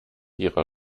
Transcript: ihrer